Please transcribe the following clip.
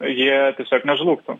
jie tiesiog nežlugtų